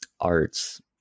arts